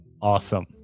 awesome